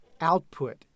output